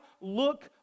look